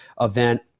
event